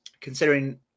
Considering